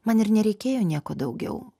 man ir nereikėjo nieko daugiau